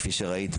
כפי שראית,